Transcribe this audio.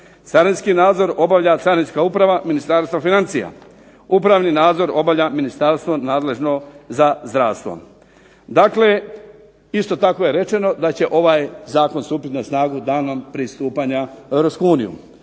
razumije se./… obavlja carinska uprava Ministarstva uprava, upravni nadzor obavlja ministarstvo nadležno za zdravstvo. Dakle, isto tako je rečeno da će ovaj zakon stupiti na snagu danom pristupanja u